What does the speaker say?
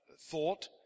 thought